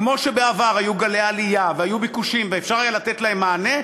כמו שבעבר היו גלי עלייה והיו ביקושים ואפשר היה לתת להם מענה,